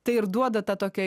tai ir duoda tą tokią